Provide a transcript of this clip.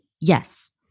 yes